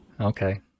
okay